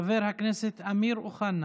חבר הכנסת אמיר אוחנה,